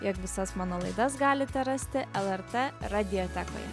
jog visas mano laidas galite rasti lrt radiotekoje